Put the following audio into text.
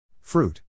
Fruit